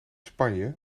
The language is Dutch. spanje